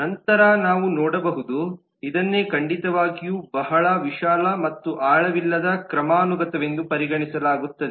ನಂತರ ನಾವು ನೋಡಬಹುದು ಇದನ್ನೇ ಖಂಡಿತವಾಗಿಯೂ ಬಹಳ ವಿಶಾಲ ಮತ್ತು ಆಳವಿಲ್ಲದ ಕ್ರಮಾನುಗತವೆಂದು ಪರಿಗಣಿಸಲಾಗುತ್ತದೆ